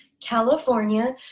California